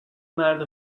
مرد